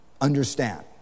understand